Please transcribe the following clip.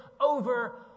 over